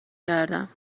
کردم